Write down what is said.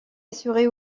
assurée